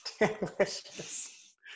Delicious